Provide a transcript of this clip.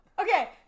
Okay